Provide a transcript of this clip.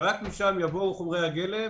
שרק משם יבואו חומרי הגלם,